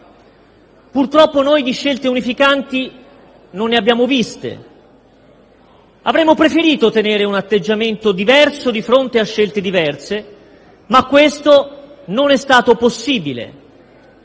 Purtroppo noi di scelte unificanti non ne abbiamo viste. Avremmo preferito tenere un atteggiamento diverso di fronte a scelte diverse, ma questo non è stato possibile.